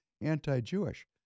anti-Jewish